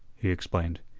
he explained,